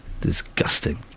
Disgusting